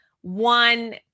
one